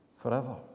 forever